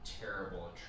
terrible